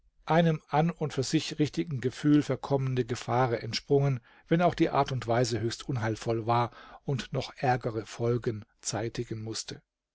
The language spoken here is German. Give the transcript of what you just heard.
einem an und für sich richtigen gefühl für kommende gefahren entsprungen wenn auch die art und weise höchst unheilvoll war und noch ärgere folgen zeitigen mußte